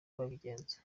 babigenza